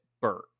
Bert